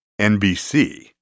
NBC